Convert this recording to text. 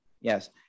Yes